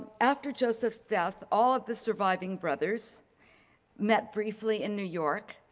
after joseph's death all of the surviving brothers met briefly in new york.